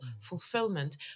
fulfillment